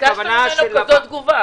ביקשת ממנו תגובה,